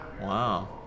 Wow